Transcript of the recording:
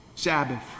Sabbath